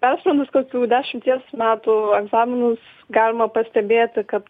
persprendus kokių dešimties metų egzaminus galima pastebėti kad